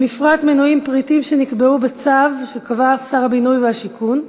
במפרט מנויים פריטים שנקבעו בצו שקבע שר הבינוי והשיכון.